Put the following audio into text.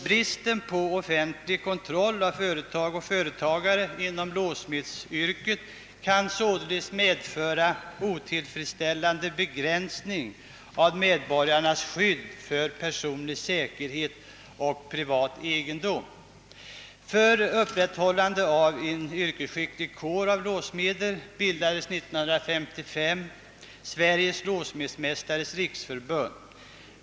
Bristen på offentlig kontroll av företag och företagare inom låssmedsyrket kan således medföra otillfredsställande begränsning av medborgarnas skydd för personlig säkerhet och privat egendom. För upprätthållande av en yrkesskicklig kår av låssmeder bildades 1955 Sveriges låssmedsmästares riksförbund.